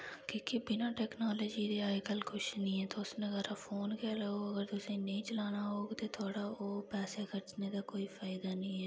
की के बिना टैकनॉलजी दे अज कल कुश नी ऐ अगर तुस नकारा फोन गै लैओ अगर तुसें नेईं चलाना औग ते थोआड़ा ओ पैसा खर्चने दा कोई फायदा नी ऐ